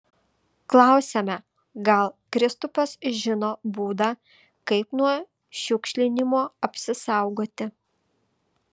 klausiame gal kristupas žino būdą kaip nuo šiukšlinimo apsisaugoti